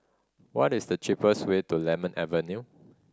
what is the cheapest way to Lemon Avenue